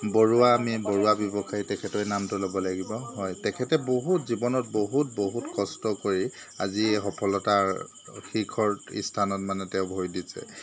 বৰুৱা আমি বৰুৱা ব্যৱসায়ী তেখেতৰে নামটো ল'ব লাগিব হয় তেখেতে বহুত জীৱনত বহুত বহুত কষ্ট কৰি আজি সফলতাৰ শিখৰ স্থানত মানে তেওঁ ভৰি দিছে